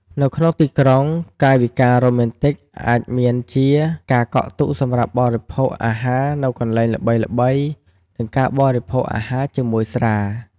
នៅក្នុងទីក្រុង កាយវិការរ៉ូមែនទិកអាចមានជា ការកក់ទុកសម្រាប់បរិភោគអាហារនៅកន្លែងល្បីៗ និងការបរិភោពអាហារជាមួយស្រា។